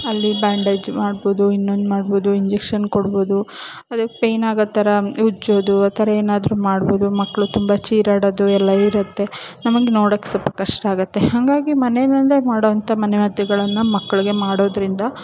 ಅಲ್ಲಿ ಬ್ಯಾಂಡೇಜ್ ಮಾಡ್ಬೋದು ಇನ್ನೊಂದು ಮಾಡ್ಬೋದು ಇಂಜೆಕ್ಷನ್ ಕೊಡ್ಬೋದು ಅದಕ್ಕೆ ಪೇಯ್ನ್ ಆಗೋ ಥರ ಉಜ್ಜೋದು ಆ ಥರ ಏನಾದರೂ ಮಾಡ್ಬೋದು ಮಕ್ಕಳು ತುಂಬ ಚಿರಾಡೋದು ಎಲ್ಲ ಇರುತ್ತೆ ನಮಗೆ ನೋಡೋಕೆ ಸ್ವಲ್ಪ ಕಷ್ಟ ಆಗುತ್ತೆ ಹಾಗಾಗಿ ಮನೆಯಲ್ಲೆ ಮಾಡೊವಂಥ ಮನೆ ಮದ್ದುಗಳನ್ನು ಮಕ್ಕಳಿಗೆ ಮಾಡೋದರಿಂದ